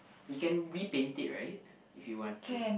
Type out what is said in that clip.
you can repaint it right if you want to